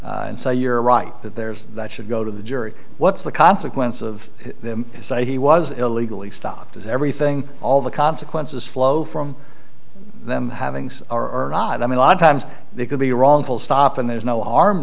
and say you're right that there's that should go to the jury what's the consequence of them say he was illegally stopped everything all the consequences flow from them having some are i mean a lot of times they could be wrong full stop and there's no arm